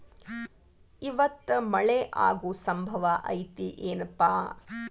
ಇವತ್ತ ಮಳೆ ಆಗು ಸಂಭವ ಐತಿ ಏನಪಾ?